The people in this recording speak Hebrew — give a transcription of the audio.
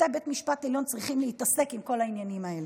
ששופטי בית משפט עליון צריכים להתעסק עם כל העניינים האלה.